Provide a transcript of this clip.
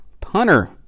punter